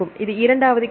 இது இரண்டாவது கேள்வி